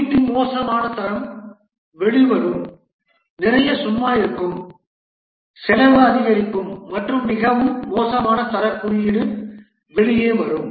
குறியீட்டின் மோசமான தரம் வெளிவரும் நிறைய சும்மா இருக்கும் செலவு அதிகரிக்கும் மற்றும் மிகவும் மோசமான தரக் குறியீடு வெளியே வரும்